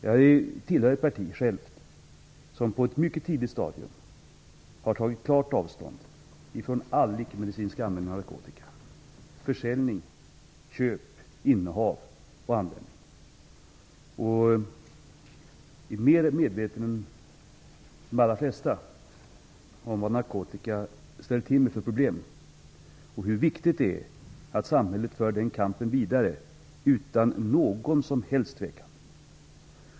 Jag tillhör själv ett parti som på ett mycket tidigt stadium har tagit klart avstånd från all icke medicinsk användning av narkotika - försäljning, köp, innehav och användning - och är mer medveten än de allra flesta om vad narkotika ställer till med för problem och hur viktigt det är att samhället för kampen vidare utan någon som helst tvekan.